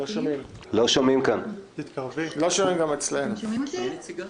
אנחנו מדברים על שתי הצעות